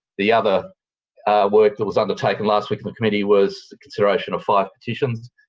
the other work that was undertaken last week in the committee was the consideration of five petitions.